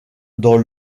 dans